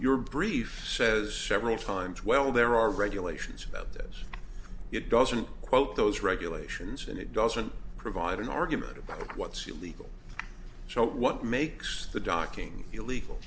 your brief says several times well there are regulations about this it doesn't quote those regulations and it doesn't provide an argument about what's your legal so what makes the